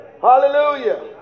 Hallelujah